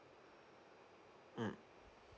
mm